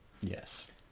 Yes